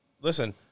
Listen